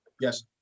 Yes